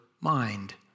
mind